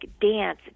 dance